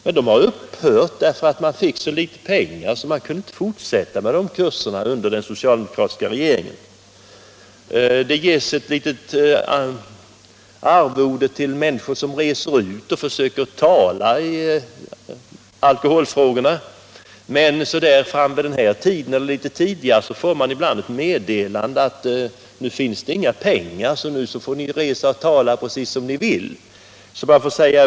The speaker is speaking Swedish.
Kurserna har emellertid upphört, för man fick så litet pengar av den socialdemokratiska regeringen att man inte kunde fortsätta. Det ges ett litet arvode till människor som reser ut och talar i alkoholfrågorna, men vid den här tiden på året eller litet tidigare får man ibland ett meddelande som säger att nu finns det inga pengar.